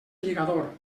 lligador